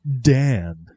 Dan